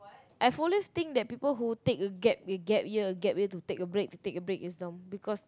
I've always think that people who take a gap year a gap year to take a break to take a break is dumb because